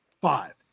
five